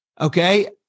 Okay